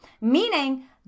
Meaning